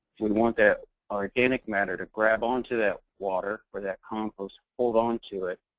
we want that organic matter to grab onto that water, or that compost, hold onto it.